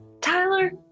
Tyler